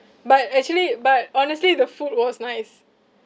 but actually but honestly the food was nice